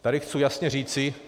Tady chci jasně říci...